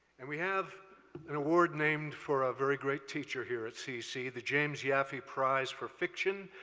and we have an award named for a very great teacher here at cc, the james yaffe prize for fiction.